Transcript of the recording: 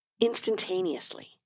instantaneously